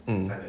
mm